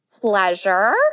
pleasure